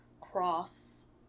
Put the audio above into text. cross